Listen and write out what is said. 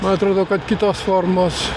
man atrodo kad kitos formos